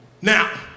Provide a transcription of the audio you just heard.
Now